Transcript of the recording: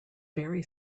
very